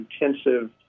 intensive